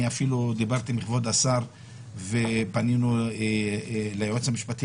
אני אפילו דיברתי עם כבוד השר ופנינו ליועץ המשפטי